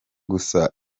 gusa